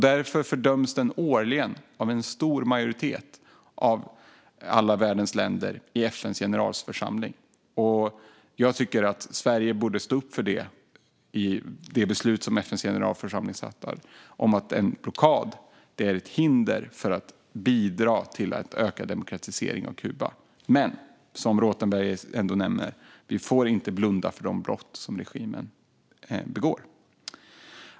Därför fördöms den årligen av en stor majoritet av alla världens länder i FN:s generalförsamling. Jag tycker att Sverige borde stå upp för det beslut som FN:s generalförsamling fattar om att en blockad är ett hinder för att bidra till ökad demokratisering av Kuba. Men, som Rothenberg nämner, vi får ändå inte blunda för de brott som regimen begår.